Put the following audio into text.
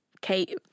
Kate